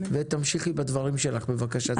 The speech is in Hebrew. ותמשיכי בדברים שלך בבקשה.